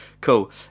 cool